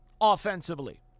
offensively